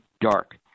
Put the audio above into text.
dark